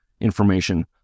information